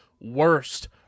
worst